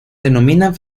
denominan